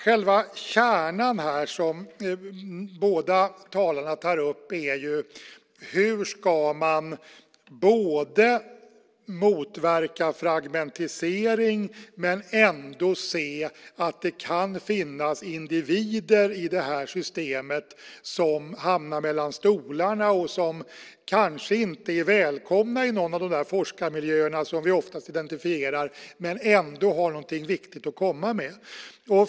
Själva kärnan, som båda talarna tar upp, är hur man ska motverka fragmentisering och ändå ta hänsyn till att det kan finnas individer i systemet som hamnar mellan stolarna och som kanske inte är välkomna i någon av de forskarmiljöer som vi oftast identifierar, men ändå har någonting viktigt att komma med.